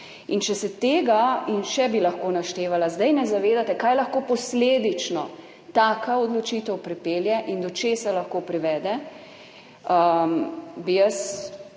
In če se tega - in še bi lahko naštevala - zdaj ne zavedate, kaj lahko posledično taka odločitev pripelje in do česa lahko privede, bi jaz